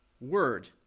Word